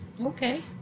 okay